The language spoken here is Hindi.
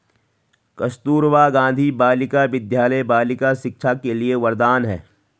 कस्तूरबा गांधी बालिका विद्यालय बालिका शिक्षा के लिए वरदान है